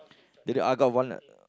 the the I got one